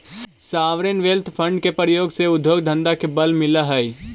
sovereign wealth fund के प्रयोग से उद्योग धंधा के बल मिलऽ हई